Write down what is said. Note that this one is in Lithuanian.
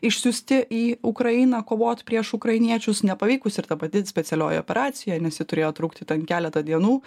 išsiųsti į ukrainą kovot prieš ukrainiečius nepavykus ir ta pati specialioji operacija nes ji turėjo trukti ten keletą dienų